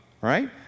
right